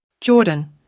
Jordan